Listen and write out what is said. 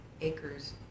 acres